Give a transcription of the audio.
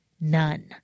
none